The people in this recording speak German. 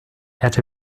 hatte